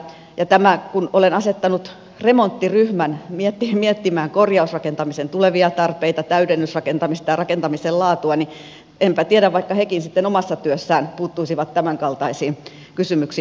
ja kun olen asettanut remonttiryhmän miettimään korjausrakentamisen tulevia tarpeita täydennysrakentamista ja rakentamisen laatua niin enpä tiedä vaikka hekin sitten omassa työssään puuttuisivat tämänkaltaisiin kysymyksiin